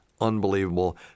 unbelievable